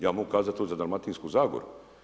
Ja mogu kazat to za Dalmatinsku Zagoru.